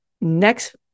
Next